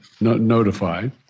notified